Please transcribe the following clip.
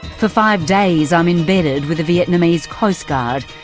for five days i'm embedded with the vietnamese coastguard.